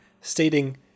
stating